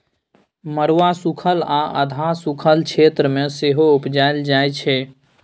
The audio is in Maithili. मरुआ सुखल आ अधहा सुखल क्षेत्र मे सेहो उपजाएल जाइ छै